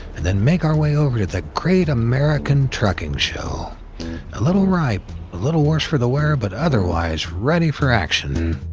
and then make our way over to the great american trucking show a little ripe, a little worse for the wear, but otherwise ready for action.